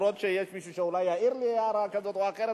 אפילו שיש מישהו שאולי יעיר לי הערה כזאת או אחרת,